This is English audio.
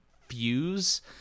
Fuse